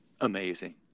amazing